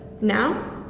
now